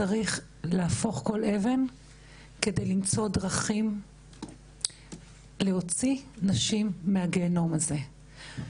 צריך להפוך כל אבן כדי למצוא דרכים להוציא נשים מהגיהינום הזה.